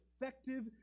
effective